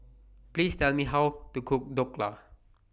Please Tell Me How to Cook Dhokla